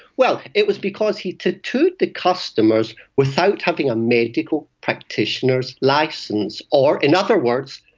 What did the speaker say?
well, it was because he tattooed the customers without having a medical practitioner's licence or, in other words,